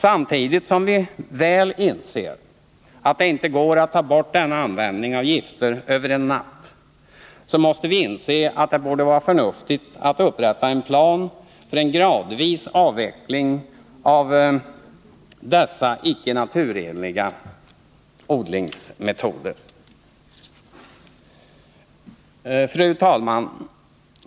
Samtidigt som vi väl inser att det inte går att ta bort denna användning av gifter över en natt måste vi inse att det borde vara förnuftigt att upprätta en plan för en gradvis avveckling av dessa icke naturenliga odlingsmetoder. Fru talman!